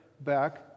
back